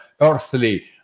earthly